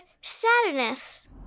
Saturnus